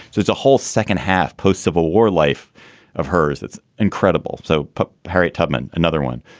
so it's a whole second half post-civil war life of hers. that's incredible. so harriet tubman, another one,